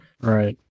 Right